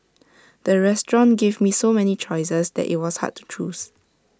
the restaurant gave so many choices that IT was hard to choose